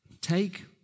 Take